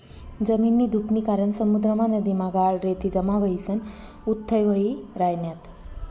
जमीननी धुपनी कारण समुद्रमा, नदीमा गाळ, रेती जमा व्हयीसन उथ्थय व्हयी रायन्यात